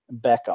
Beckham